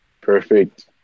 perfect